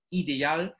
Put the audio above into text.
ideal